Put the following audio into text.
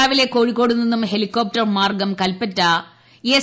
രാവിലെ കോഴിക്കോട് നിന്നും ഹെലികോപ്ടർ മാർഗ്ഗം കൽപ്പറ്റ എസ്